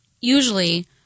usually